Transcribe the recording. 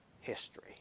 history